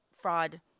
fraud